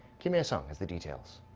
kim hyesung has the details.